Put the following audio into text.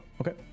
okay